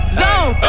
zone